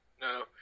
no